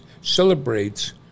celebrates